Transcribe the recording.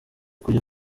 kujya